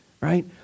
right